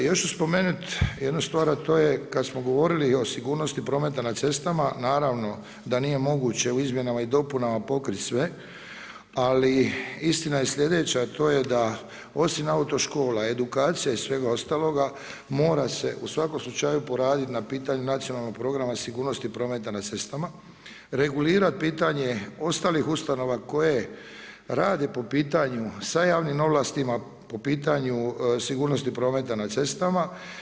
Još ću spomenuti jednu stvar a to je kada smo govorili o sigurnosti prometa na cestama, naravno da nije moguće u izmjenama i dopunama pokriti sve ali istina je sljedeća a to je da osim autoškola, edukacija i svega ostaloga mora se u svakom slučaju poraditi na pitanju Nacionalnog programa sigurnosti prometa na cestama, regulirati pitanje ostalih ustanova koje rade po pitanju sa javnim ovlastima, po pitanju sigurnosti prometa na cestama.